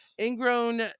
ingrown